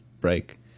break